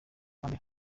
mbere